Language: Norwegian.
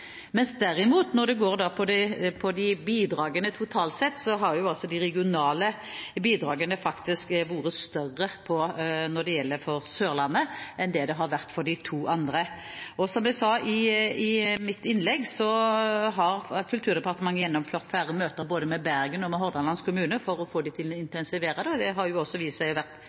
Når det derimot gjelder bidragene totalt sett, har de regionale bidragene faktisk vært større når det gjelder «Sørlandet» enn de to andre. Og som jeg sa i mitt innlegg, har Kulturdepartementet gjennomført flere møter med både Bergen kommune og Hordaland fylkeskommune – og også Oslo kommune – for å få dem til å